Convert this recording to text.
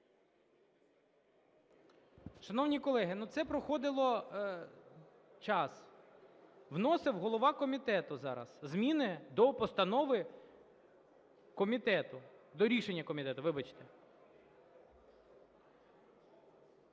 Шановні колеги, це проходило час. Вносив голова комітету зараз, зміни до постанови комітету,